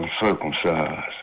uncircumcised